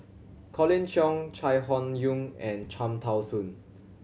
Colin Cheong Chai Hon Yoong and Cham Tao Soon